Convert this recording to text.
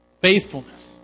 Faithfulness